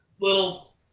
little